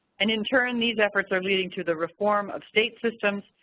and in turn these efforts are leading to the reform of state systems,